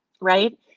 Right